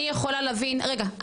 אני לא יכולה להתערב באורח חיים פרטי,